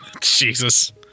jesus